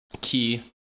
key